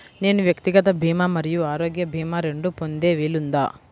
నేను వ్యక్తిగత భీమా మరియు ఆరోగ్య భీమా రెండు పొందే వీలుందా?